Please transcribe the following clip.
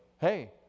hey